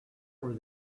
were